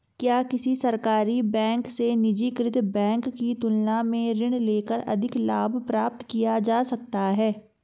क्या किसी सरकारी बैंक से निजीकृत बैंक की तुलना में ऋण लेकर अधिक लाभ प्राप्त किया जा सकता है?